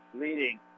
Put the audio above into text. leading